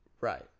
Right